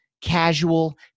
casual